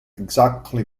exactly